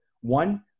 One